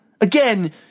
again